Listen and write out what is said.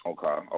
Okay